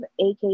AK